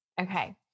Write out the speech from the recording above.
Okay